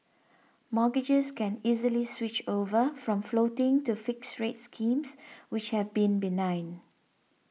mortgagors can easily switch over from floating to fixed rate schemes which have been benign